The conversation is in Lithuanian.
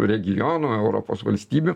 regionų europos valstybių